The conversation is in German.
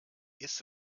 ist